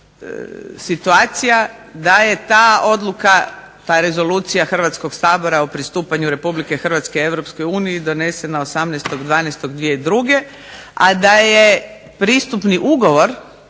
ili situacija da je ta odluka, ta rezolucija Hrvatskog sabora o pristupanju Republike Hrvatske Europskoj uniji donesena 18.12.2002., a da je pristupni ugovor